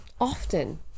Often